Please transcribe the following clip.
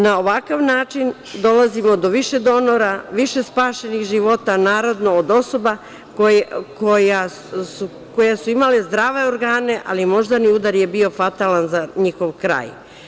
Na ovakav način dolazimo do više donora, više spašenih života od osoba koje su imale zdrave organe, ali moždani udar je bio fatalan za njihov kraj.